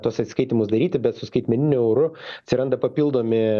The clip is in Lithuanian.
tuos atsiskaitymus daryti bet su skaitmeniniu euru atsiranda papildomi